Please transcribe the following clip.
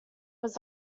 was